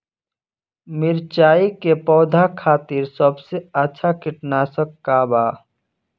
मिरचाई के पौधा खातिर सबसे अच्छा कीटनाशक का बा?